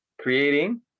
creating